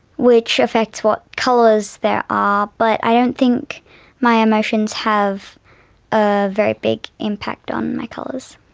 which affects what colours there are. but i don't think my emotions have a very big impact on my colours.